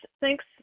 thanks